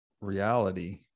reality